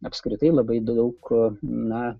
apskritai labai daug na